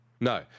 No